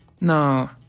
no